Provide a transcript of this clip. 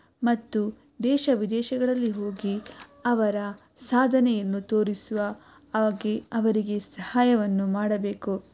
ಮತ್ತು ದೇಶ ವಿದೇಶಗಳಲ್ಲಿ ಹೋಗಿ ಅವರ ಸಾಧನೆಯನ್ನು ತೋರಿಸುವ ಹಾಗೆ ಅವರಿಗೆ ಸಹಾಯವನ್ನು ಮಾಡಬೇಕು